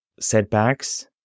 setbacks